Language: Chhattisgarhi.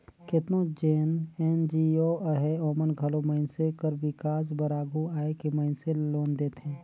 केतनो जेन एन.जी.ओ अहें ओमन घलो मइनसे कर बिकास बर आघु आए के मइनसे ल लोन देथे